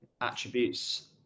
attributes